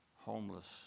Homeless